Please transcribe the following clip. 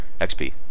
XP